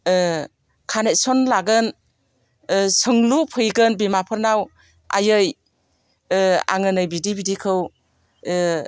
connection लागोन सोंलु फैगोन बिमाफोरनाव आइयै आङो नै बिदि बिदिखौ